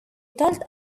told